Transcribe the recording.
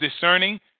discerning